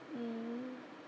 mm